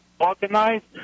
organized